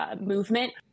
movement